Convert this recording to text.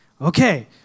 Okay